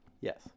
Yes